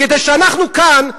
כדי שאנחנו כאן,